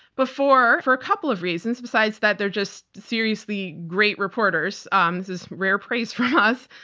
before for a couple of reasons, besides that they're just seriously great reporters. um this is rare praise from us.